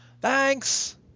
thanks